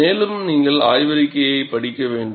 மேலும் நீங்கள் ஆய்வறிக்கையை படிக்க வேண்டும்